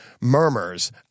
murmurs